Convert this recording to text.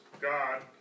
God